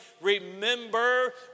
Remember